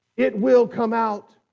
it will come out